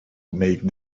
make